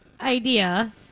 idea